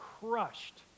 crushed